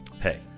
hey